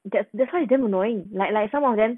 that's that's why damn annoying like like some of them